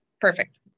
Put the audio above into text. Perfect